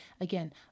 Again